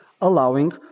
allowing